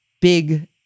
big